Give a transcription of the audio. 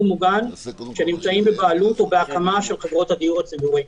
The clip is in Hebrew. מוגן שנמצאים בבעלות או בהקמה של חברות הדיור הציבורי.